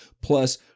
Plus